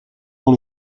dans